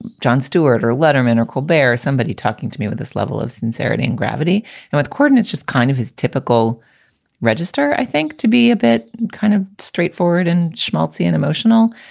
jon stewart or letterman or call bear somebody talking to me with this level of sincerity and gravity and with coordinates. just kind of his typical register, i think, to be a bit kind of straightforward and schmaltzy and emotional.